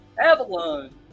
Avalon